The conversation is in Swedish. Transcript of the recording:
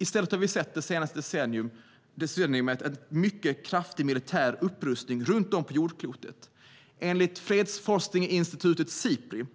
I stället har vi det senaste decenniet sett en mycket kraftig militär upprustning runt om på jordklotet. Enligt fredsforskningsinstitutet Sipri